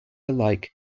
alike